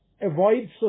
avoid